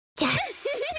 Yes